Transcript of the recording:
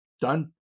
done